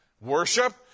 Worship